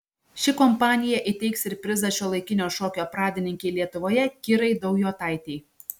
ši kompanija įteiks ir prizą šiuolaikinio šokio pradininkei lietuvoje kirai daujotaitei